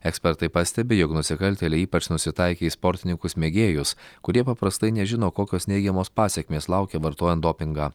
ekspertai pastebi jog nusikaltėliai ypač nusitaikė į sportininkus mėgėjus kurie paprastai nežino kokios neigiamos pasekmės laukia vartojant dopingą